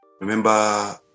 Remember